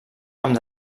amb